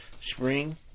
spring